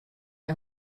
nei